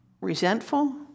resentful